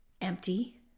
empty